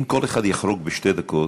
אם כל אחד יחרוג בשתי דקות,